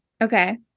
Okay